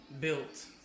built